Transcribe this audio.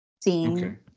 seeing